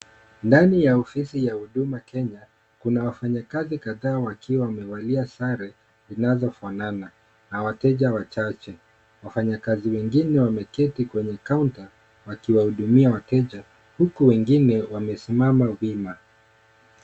Ndani ya ofisi ya Huduma Kenya kuna wafanyakazi kadhaa wakiwa wamevalia sare zinazofanana na wateja wachache. Wafanyakazi wengine wameketi kwenye kaunta wakiwahudumia wateja huku wengine wamesimama wima.